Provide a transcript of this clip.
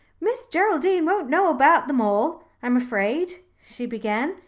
miss geraldine won't know about them all, i'm afraid, she began.